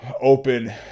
open